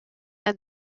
and